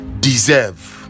deserve